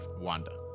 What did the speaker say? Wanda